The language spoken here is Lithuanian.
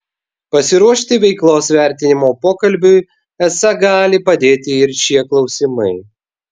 pasiruošti veiklos vertinimo pokalbiui esą gali padėti ir šie klausimai